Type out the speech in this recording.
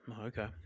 Okay